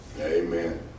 Amen